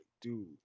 dude